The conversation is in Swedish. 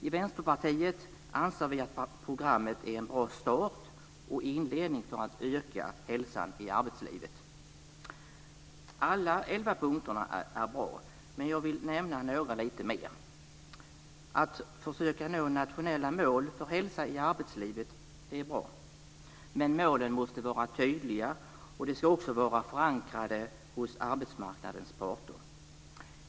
I Vänsterpartiet anser vi att programmet är en bra start och inledning för att öka hälsan i arbetslivet. Alla elva punkterna är bra, men jag vill nämna några lite mer. Att försöka nå nationella mål för hälsa i arbetslivet - det är bra. Men målen måste vara tydliga, och de ska också vara förankrade hos arbetsmarknadens parter.